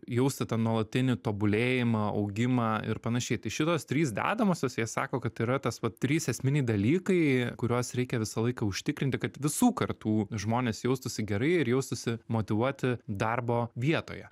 jausti tą nuolatinį tobulėjimą augimą ir panašiai tai šitos trys dedamosios jie sako kad yra tas vat trys esminiai dalykai kuriuos reikia visą laiką užtikrinti kad visų kartų žmonės jaustųsi gerai ir jaustųsi motyvuoti darbo vietoje